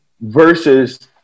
versus